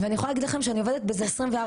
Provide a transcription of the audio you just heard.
אני יכולה להגיד לכם שאני עובדת בזה 24/7,